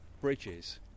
bridges